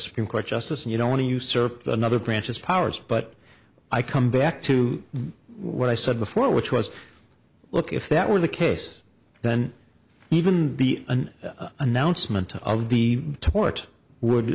supreme court justice and you don't want to usurp the another branches powers but i come back to what i said before which was look if that were the case then even be an announcement of the tort would